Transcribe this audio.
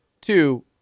Two